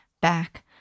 back